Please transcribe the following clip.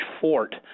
fort